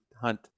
hunt